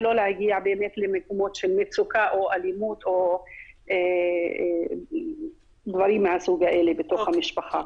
ולא להגיע למקומות של מצוקה או אלימות או דברים מהסוג הזה בתוך המשפחה.